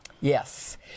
Yes